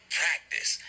practice